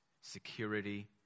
security